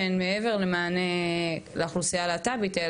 שהן מעבר למענה לאוכלוסייה הלהט״בית,